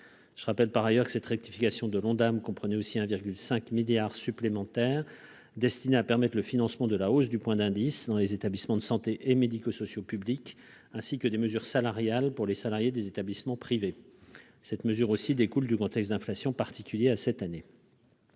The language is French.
je rappelle que cette rectification de l'Ondam comprenait aussi 1,5 milliard d'euros supplémentaires, destinés à permettre le financement de la hausse du point d'indice dans les établissements de santé et médico-sociaux publics ainsi que des mesures salariales pour les salariés des établissements privés. Cette mesure découle elle aussi du contexte d'inflation particulier à cette année.